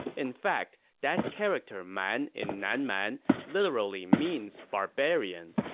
in fact, that character man in nan man literally means barbarian.